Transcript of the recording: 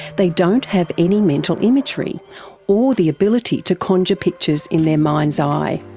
they don't have any mental imagery or the ability to conjure pictures in their mind's eye.